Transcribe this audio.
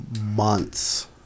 months